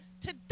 today